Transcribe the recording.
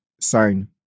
sign